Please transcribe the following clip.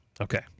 Okay